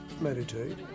meditate